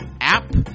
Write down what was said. app